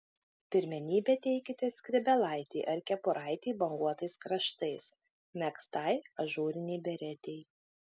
pirmenybę teikite skrybėlaitei ar kepuraitei banguotais kraštais megztai ažūrinei beretei